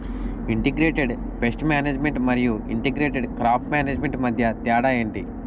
integrated pest management మరియు integrated crop management మధ్య తేడా ఏంటి